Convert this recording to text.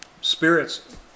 spirits